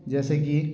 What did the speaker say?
जैसे कि